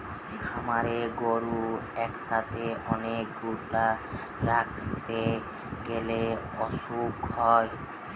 খামারে গরু একসাথে অনেক গুলা রাখতে গ্যালে অসুখ হয়